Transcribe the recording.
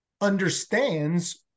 understands